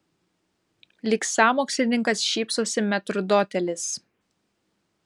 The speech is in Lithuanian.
lyg sąmokslininkas šypsosi metrdotelis